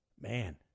Man